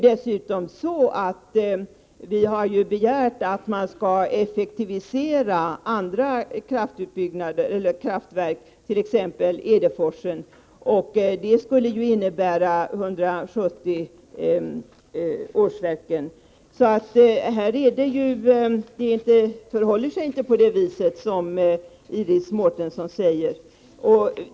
Dessutom har vi begärt att man skall effektivisera andra kraftverk, t.ex. Edeforsen, och det skulle innebära 170 årsverken. Det förhåller sig alltså inte så som Iris Mårtensson säger.